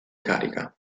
carica